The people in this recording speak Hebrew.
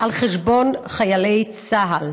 על חשבון חיילי צה"ל.